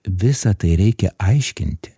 visa tai reikia aiškinti